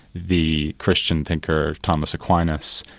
the christian thinker thomas aquinas,